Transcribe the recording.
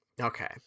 okay